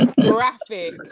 graphic